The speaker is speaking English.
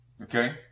okay